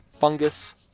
Fungus